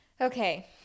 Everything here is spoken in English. Okay